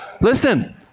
Listen